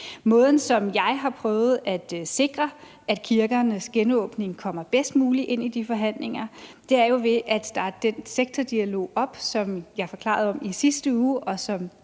Måden, som jeg har prøvet at sikre, at kirkernes genåbning kommer bedst muligt ind i de forhandlinger på, er jo ved at starte den sektordialog op, som jeg forklarede om i sidste uge, og som